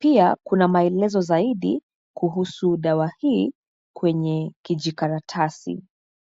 Pia kuna maelezo zaidi kuhusu dawa hii kwenye kijikaratasi.